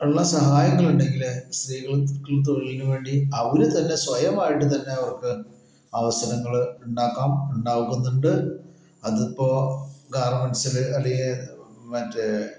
ഉള്ള സഹായങ്ങളുണ്ടെങ്കില് സ്ത്രീകള് തൊഴിലിനു വേണ്ടി അവര് തന്നെ സ്വയമായിട്ട് തന്നെ അവർക്ക് അവസരങ്ങള് ഉണ്ടാക്കാം ഉണ്ടാക്കുന്നുണ്ട് അതിപ്പോൾ ഗാർമെൻസില് അല്ലങ്കില് മറ്റേ